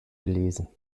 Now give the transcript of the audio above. gelesen